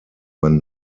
man